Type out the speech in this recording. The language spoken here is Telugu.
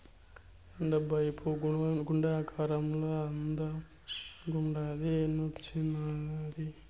ఏందబ్బా ఈ పువ్వు గుండె ఆకారంలో అందంగుండాది ఏన్నించొచ్చినాది